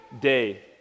day